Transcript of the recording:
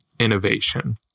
Innovation